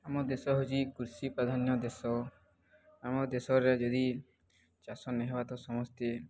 ଆମ ଦେଶ ହଉଛି କୃଷି ପ୍ରାଧାନ୍ୟ ଦେଶ ଆମ ଦେଶରେ ଯଦି ଚାଷ ନେହବା ତ ସମସ୍ତେ